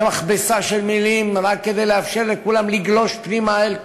זה מכבסה של מילים רק כדי לאפשר לכולם לגלוש פנימה אל כיסאותיהם.